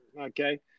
okay